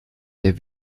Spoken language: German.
der